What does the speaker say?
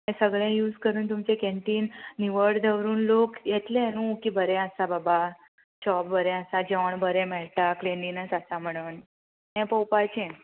हें सगळें यूज करून तुमचें कॅन्टीन निवड दवरून लोक येतले न्हू की बरें आसा बाबा शॉप बरें आसा जेवण बरें मेळटा क्लिनलीनस आसा म्हणून हें पोवपाचें